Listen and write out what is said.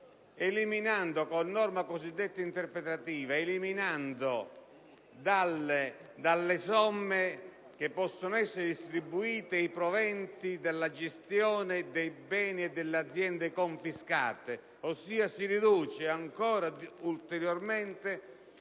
nuovamente con norma cosiddetta interpretativa eliminando dalle somme che possono essere distribuite i proventi della gestioni dei beni e delle aziende confiscate, ossia si riducono ulteriormente